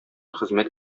хезмәт